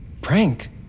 Prank